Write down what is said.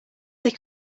they